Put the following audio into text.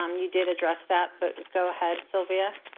um you did address that, but go ahead silvia.